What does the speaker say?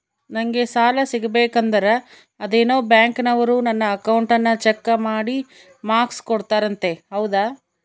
ನಂಗೆ ಸಾಲ ಸಿಗಬೇಕಂದರ ಅದೇನೋ ಬ್ಯಾಂಕನವರು ನನ್ನ ಅಕೌಂಟನ್ನ ಚೆಕ್ ಮಾಡಿ ಮಾರ್ಕ್ಸ್ ಕೊಡ್ತಾರಂತೆ ಹೌದಾ?